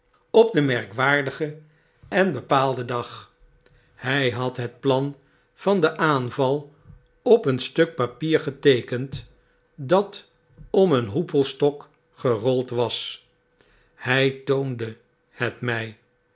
op den merkwaardigen en bepaalden dag hy had het plan van den aanval op een stuk papier geteekend dat om een hoepelstok gerold was hy toonde het my